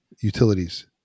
utilities